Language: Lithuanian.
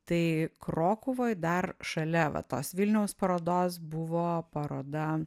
tai krokuvoj dar šalia va tos vilniaus parodos buvo paroda